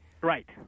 Right